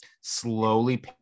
slowly